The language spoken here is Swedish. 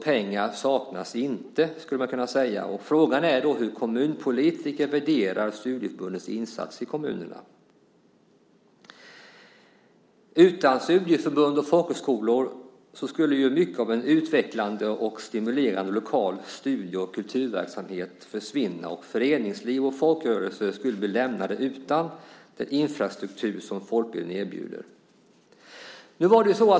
Pengar saknas alltså inte, skulle man kunna säga. Då är frågan hur kommunpolitikerna värderar studieförbundens insatser i kommunerna. Utan studieförbund och folkhögskolor skulle ju mycket av en utvecklande och stimulerande lokal studie och kulturverksamhet försvinna och föreningsliv och folkrörelse bli lämnade utan den infrastruktur som folkbildning erbjuder.